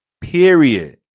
Period